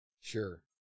Sure